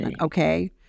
okay